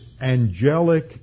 angelic